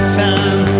time